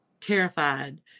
terrified